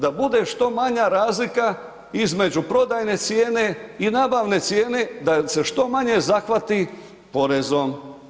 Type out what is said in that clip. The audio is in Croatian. Da bude što manja razlika između prodajne cijene i nabavne cijene da je se što manje zahvati porezom.